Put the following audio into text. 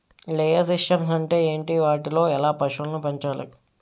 Layer systems అంటే ఏంటి? వాటిలో ఎలా పశువులను పెంచాలి?